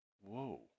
whoa